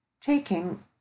Taking